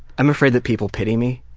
i'm afraid that people pity me.